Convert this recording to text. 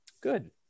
Good